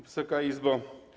Wysoka Izbo!